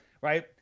right